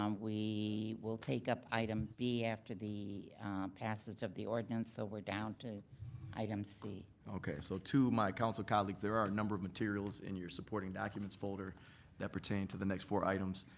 um we will take up item b after the passage of the ordinance, so we're down to item c. okay, so to my council colleagues there are a number of materials in your supporting documents folder that pertain to the next four items.